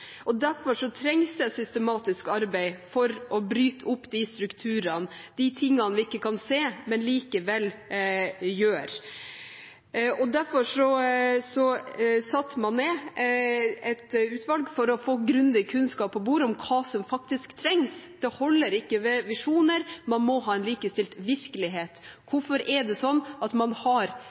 Derfor trengs det systematisk arbeid for å bryte opp strukturene – det vi ikke kan se, men likevel gjør. Derfor satte man ned et utvalg for å få grundig kunnskap på bordet om hva som faktisk trengs. Det holder ikke med visjoner, man må ha en likestilt virkelighet. Hvorfor er det sånn at man har